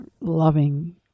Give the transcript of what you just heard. loving